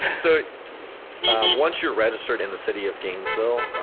so once you are registered in the city of gainesville,